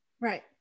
Right